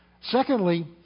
Secondly